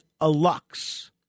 alux